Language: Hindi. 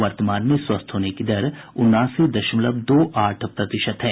वर्तमान में स्वस्थ होने की दर उनासी दशमलव दो आठ प्रतिशत है